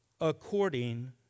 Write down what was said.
according